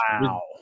wow